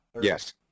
Yes